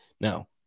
Now